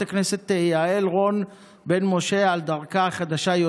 הכנסת יעל רון בן משה על דרכה החדשה.